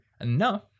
enough